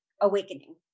awakening